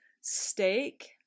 steak